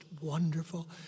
wonderful